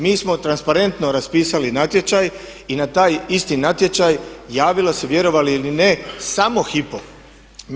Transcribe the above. Mi smo transparentno raspisali natječaj i na taj isti natječaj javio se vjerovali ili ne samo Hypo.